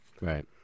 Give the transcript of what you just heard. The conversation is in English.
right